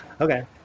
Okay